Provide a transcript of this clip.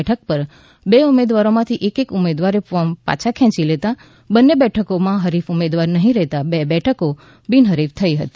બેઠક પર બે ઉમેદવારોમાંથી એક એક ઉમેદવારે ફોર્મ પાછા ખેંચી લેતા બન્ને બેઠકોમાં હરીફ ઉમેદવાર નહિ રહેતા બે બેઠકો બિનહરીફ થઈ હતી